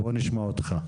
בוא נשמע אותך.